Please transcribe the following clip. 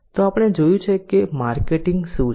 તો આપણે જોયું કે માર્કેટિંગ શું છે